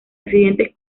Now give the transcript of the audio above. accidentes